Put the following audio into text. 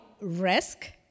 risk